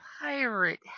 pirate